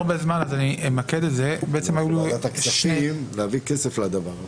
אני הולך לוועדת הכספים להביא כסף לדבר הזה.